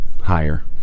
higher